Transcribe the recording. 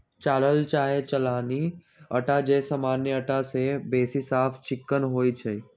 चालल चाहे चलानी अटा जे सामान्य अटा से बेशी साफ चिक्कन होइ छइ